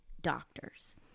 doctors